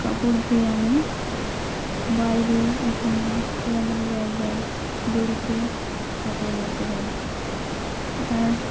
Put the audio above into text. কাপড় ধুয়ে আমি বাইরে উঠোনে খোলামেলা জায়গায় দড়িতে কাপড় মেলতে পারি আর